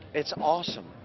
it's awesome.